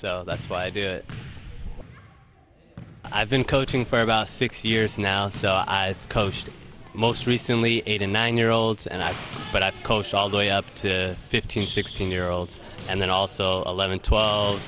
so that's why i did i've been coaching for about six years now so i coached most recently eight and nine year olds and i've but i've coached all the way up to fifteen sixteen year olds and then also eleven twelve